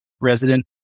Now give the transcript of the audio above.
resident